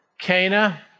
Cana